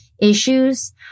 issues